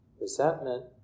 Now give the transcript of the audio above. resentment